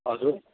हजुर